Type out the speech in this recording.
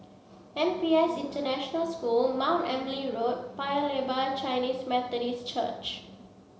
N P S International School Mount Emily Road Paya Lebar Chinese Methodist Church